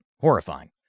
horrifying